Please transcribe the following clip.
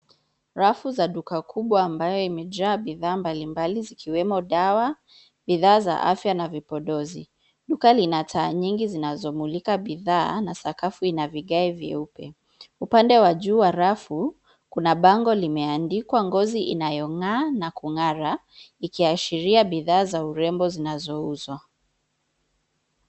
Rafu za duka kubwa ambayo imejaa bidhaa mbalimbali zikiwemo dawa, bidhaa za afya na vipodozi. Duka lina taa nyingi zinazomulika bidhaa na sakafu ina vigae vyeupe. Upande wa juu wa rafu, kuna bango limeandikwa ngozi inayong'aa na kung'ara, ikiashiria bidhaa za urembo zinazouzwa.